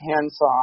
handsaw